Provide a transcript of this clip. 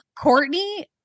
Courtney